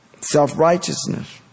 Self-righteousness